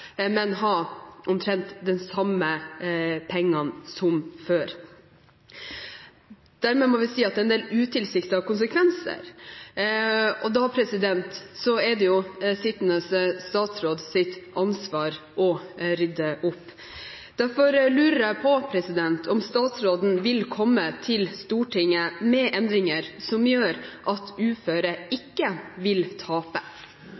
men få omtrent de samme pengene som før. Dermed må vi si at det er en del utilsiktede konsekvenser, og det er sittende statsråds ansvar å rydde opp. Derfor lurer jeg på om statsråden vil komme til Stortinget med endringer som gjør at uføre ikke vil tape.